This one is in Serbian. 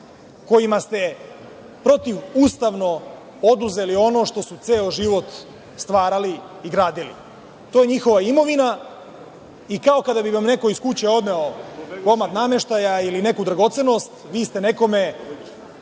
kojima ste protivustavno oduzeli ono što su ceo život stvarali i gradili. To je njihova imovina i kao kada bi vam neko iz kuće odneo komad nameštaja ili neku dragocenost, vi ste nekome